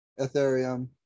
Ethereum